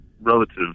relative